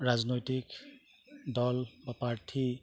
ৰাজনৈতিক দল বা প্ৰাৰ্থী